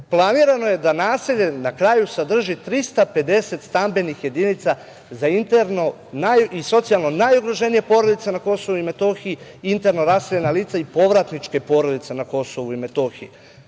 Planirano je da naselje na kraju sadrži 350 stambenih jedinica za interno i socijalno najugroženije porodice na KiM, interno raseljena lica i povratničke porodice na KiM.Ali,